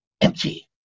empty